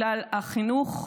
בגלל החינוך,